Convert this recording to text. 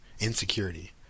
insecurity